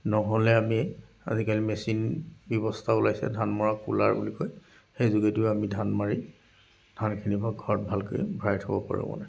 নহ'লে আমি আজিকালি মেচিন ব্যৱস্থাও ওলাইছে ধান মৰা কুলাৰ বুলি কয় সেই যোগেদিও আমি ধান মাৰি ধানখিনি আমাৰ ঘৰত ভালকৈ ভৰাই থ'ব পাৰোঁ মানে